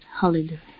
Hallelujah